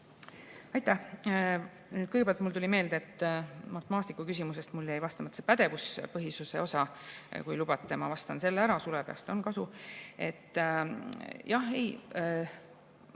Aitäh! Kõigepealt, mulle tuli meelde, et Mart Maastiku küsimusest mul jäi vastamata see pädevuspõhisuse osa. Kui lubate, ma vastan sellele. Sulepeast on kasu.